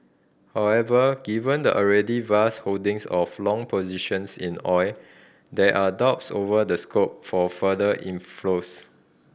however given the already vast holdings of long positions in oil there are doubts over the scope for further inflows